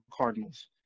Cardinals